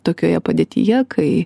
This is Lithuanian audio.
tokioje padėtyje kai